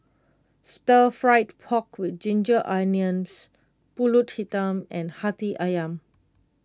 Stir Fried Pork with Ginger Onions Pulut Hitam and Hati Ayam